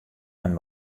men